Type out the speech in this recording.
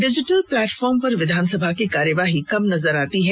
digital platform पर विधानसभा के कार्यवाही कम नजर आती है